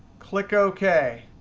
click ok.